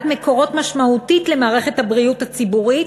מקורות משמעותית למערכת הבריאות הציבורית,